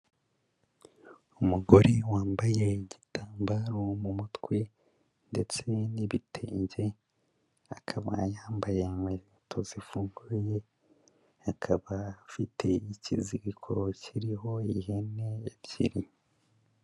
Umugore wambaye igitambaro mu mutwe ndetse n'ibitenge, akaba yambaye inkweto zifunguye, akaba afite ikiziriko kiriho ihene ebyiri.